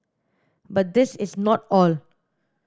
but this is not all